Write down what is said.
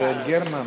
יואל,